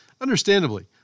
understandably